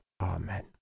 amen